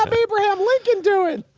um abraham lincoln? do it.